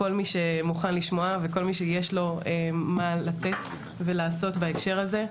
לכל מי שמוכן לשמוע וכל מי שיש לו מה לתת ולעשות בהקשר הזה.